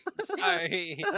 Sorry